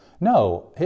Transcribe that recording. No